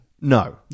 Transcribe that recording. No